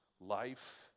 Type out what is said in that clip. life